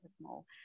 small